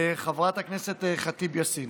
חברת הכנסת ח'טיב יאסין,